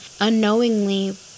unknowingly